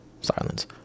silence